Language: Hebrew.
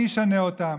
אני אשנה אותם.